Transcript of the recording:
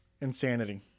Insanity